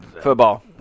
Football